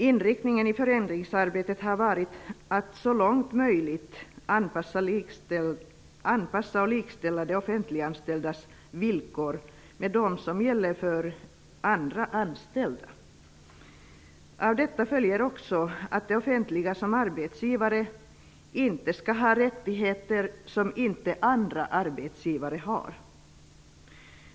Inriktningen i förändringsarbetet har varit att så långt som möjligt anpassa offentliganställdas villkor till, och likställa dem med, de villkor som gäller för andra anställa. Av detta följer också att det offentliga som arbetsgivare inte skall ha rättigheter som andra arbetsgivare inte har.